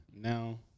Now